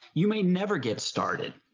you may never get started,